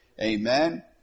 Amen